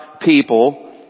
people